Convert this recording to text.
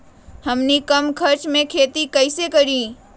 हमनी कम खर्च मे खेती कई से करी?